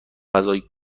غذای